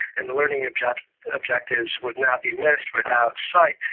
and the learning objectives objectives would not be missed without sight.